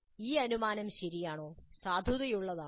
ഈ അനുമാനം ശരിയാണോ സാധുതയുള്ളതാണോ